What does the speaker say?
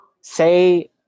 say